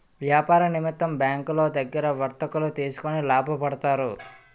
వ్యాపార నిమిత్తం బ్యాంకులో దగ్గర వర్తకులు తీసుకొని లాభపడతారు